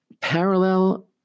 parallel